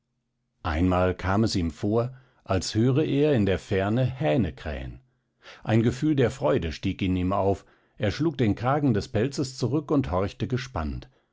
einmal kam es ihm vor als höre er in der ferne hähne krähen ein gefühl der freude stieg in ihm auf er schlug den kragen des pelzes zurück und horchte gespannt